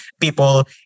people